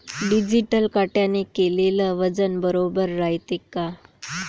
Digital काट्याने केलेल वजन बरोबर रायते का?